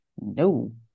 No